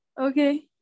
Okay